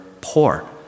poor